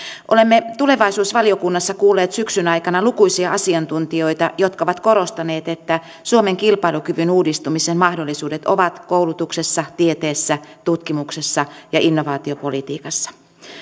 olemme tulevaisuusvaliokunnassa kuulleet syksyn aikana lukuisia asiantuntijoita jotka ovat korostaneet että suomen kilpailukyvyn uudistumisen mahdollisuudet ovat koulutuksessa tieteessä tutkimuksessa ja innovaatiopolitiikassa